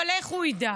אבל איך הוא ידע?